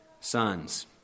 sons